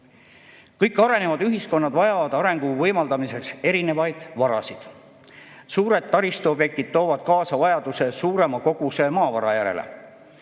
Kõik arenenud ühiskonnad vajavad arengu võimaldamiseks erinevaid varasid. Suured taristuobjektid toovad kaasa vajaduse suurema koguse maavara järele.